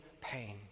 pain